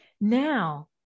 Now